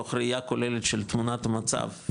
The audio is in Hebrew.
מתוך ראיה כוללת של תמונת מצב,